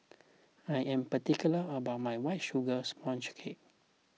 I am particular about my White Sugar Sponge Cake